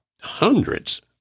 hundreds